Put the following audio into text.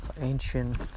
ancient